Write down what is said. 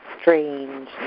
strange